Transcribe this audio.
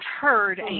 heard